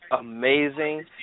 amazing